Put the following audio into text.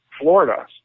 Florida